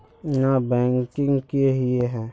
Non banking किए हिये है?